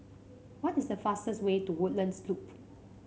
what is the fastest way to Woodlands Loop